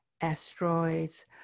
asteroids